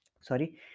sorry